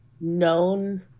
known